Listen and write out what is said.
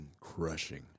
crushing